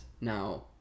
now